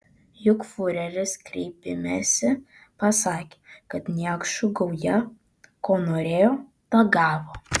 juk fiureris kreipimesi pasakė kad niekšų gauja ko norėjo tą gavo